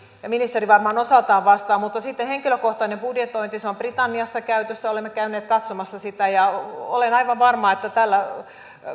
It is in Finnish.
ja ministeri varmaan osaltaan vastaa mutta sitten henkilökohtainen budjetointi se on britanniassa käytössä olemme käyneet katsomassa sitä olen aivan varma että tällä